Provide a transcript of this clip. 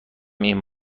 این